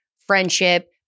friendship